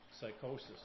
psychosis